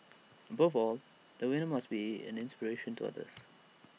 above all the winner must be an inspiration to others